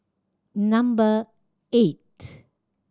number eight